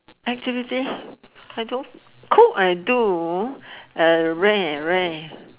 activities I don't cook I do uh rare rare